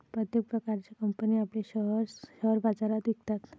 प्रत्येक प्रकारच्या कंपनी आपले शेअर्स शेअर बाजारात विकतात